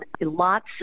lots